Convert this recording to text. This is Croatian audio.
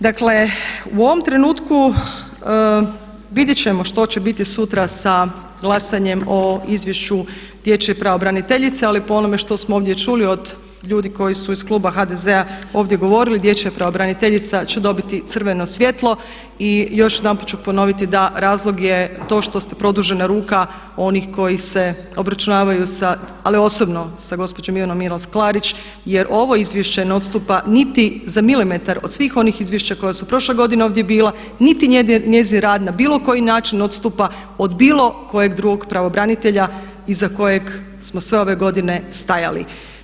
Dakle, u ovom trenutku vidjet ćemo što će biti sutra sa glasanjem o izvješću dječje pravobraniteljice, ali po onome što smo ovdje čuli od ljudi koji su iz kluba HDZ-a ovdje govorili dječja pravobraniteljica će dobiti crveno svjetlo i još jedanput ću ponoviti da razlog je to što ste produžena ruka onih koji se obračunavaju sa, ali osobno sa gospođom Ivanom Milas Klarić jer ovo izvješće ne odstupa niti za milimetar od svih onih izvješća koja su prošle godine ovdje bila, niti njezin rad na bilo koji način odstupa od bilo kojeg drugog pravobranitelja iza kojeg smo sve ove godine stajali.